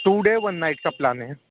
to day one night का plan है